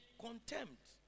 contempt